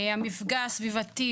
המפגע הסביבתי,